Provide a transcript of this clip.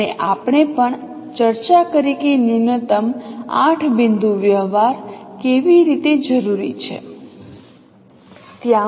અને આપણે પણ ચર્ચા કરી કે ન્યૂનતમ 8 બિંદુ વ્યવહાર કેવી રીતે જરૂરી છે